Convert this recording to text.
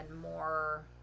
more